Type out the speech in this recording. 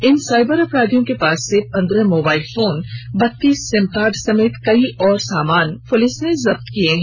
इन साइबर अपराधियों के पास से पन्द्रह मोबाइल फोन बत्तीस सिम कार्ड समेत कई और सामान पुलिस ने जब्त किए हैं